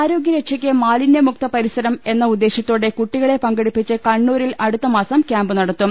ആരോഗ്യ രക്ഷയ്ക്ക് മാലിന്യ മുക്തു പരിസർം എന്ന ഉദ്ദേശ്യ ത്തോടെ കുട്ടികളെ പങ്കെടുപ്പിച്ച് കണ്ണൂരിൽ അടുത്ത മാസം കൃാമ്പ് നടത്തും